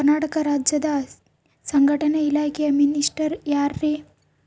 ಕರ್ನಾಟಕ ರಾಜ್ಯದ ಸಂಘಟನೆ ಇಲಾಖೆಯ ಮಿನಿಸ್ಟರ್ ಯಾರ್ರಿ?